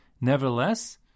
Nevertheless